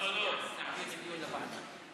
להעביר את זה לדיון בוועדה.